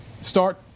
start